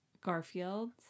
Garfield